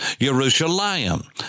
Jerusalem